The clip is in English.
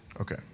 okay